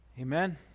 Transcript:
Amen